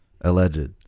alleged